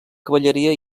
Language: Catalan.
cavalleria